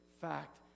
fact